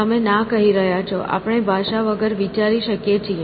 તમે ના કહી રહ્યા છો આપણે ભાષા વગર વિચારી શકીએ છીએ